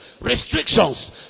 restrictions